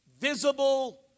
visible